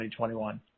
2021